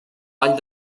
vall